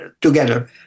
together